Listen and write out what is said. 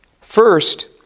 First